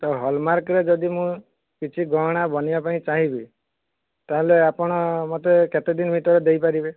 ତ ହଲମାର୍କର ଯଦି ମୁଁ କିଛି ଗହଣା ବନେଇବା ପାଇଁ ଚାହିଁବି ତାହେଲେ ଆପଣ ମୋତେ କେତେଦିନ ଭିତରେ ଦେଇପାରିବେ